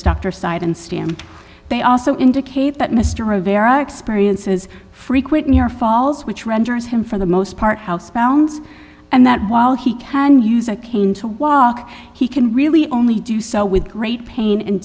dr site and stand they also indicate that mr rivera experiences frequent near falls which renders him for the most part housebound and that while he can use a cane to walk he can really only do so with great pain and